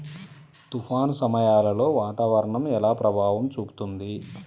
తుఫాను సమయాలలో వాతావరణం ఎలా ప్రభావం చూపుతుంది?